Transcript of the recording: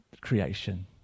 creation